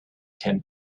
can